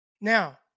Now